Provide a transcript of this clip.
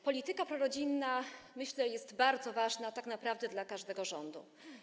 Polityka prorodzinna, myślę, jest bardzo ważna tak naprawdę dla każdego rządu.